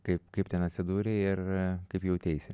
kaip kaip ten atsidūrei ir kaip jauteisi